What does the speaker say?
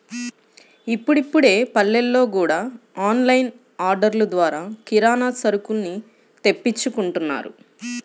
ఇప్పుడిప్పుడే పల్లెల్లో గూడా ఆన్ లైన్ ఆర్డర్లు ద్వారా కిరానా సరుకుల్ని తెప్పించుకుంటున్నారు